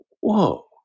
Whoa